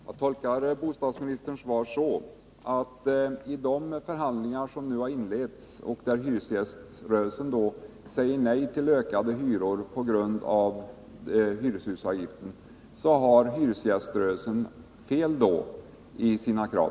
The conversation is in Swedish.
Herr talman! Jag tolkar bostadsministerns svar som att han menar att i de förhandlingar som nu har inletts och där hyresgäströrelsen säger nej till ökade hyror på grund av hyreshusavgiften, så har hyresgäströrelsen fel i sina krav.